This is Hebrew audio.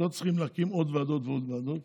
לא צריך להקים עוד ועדות ועוד ועדות